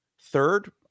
third